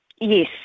Yes